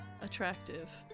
attractive